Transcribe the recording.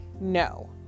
no